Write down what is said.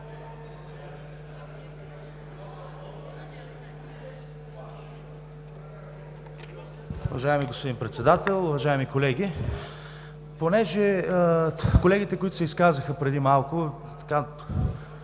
Уважаеми господин Председател, уважаеми колеги! Понеже колегите, които се изказаха преди малко,